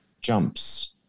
jumps